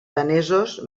danesos